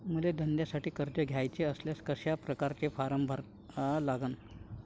मले धंद्यासाठी कर्ज घ्याचे असल्यास कशा परकारे फारम भरा लागन?